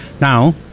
Now